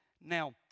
Now